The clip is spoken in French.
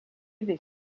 des